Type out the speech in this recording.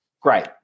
Great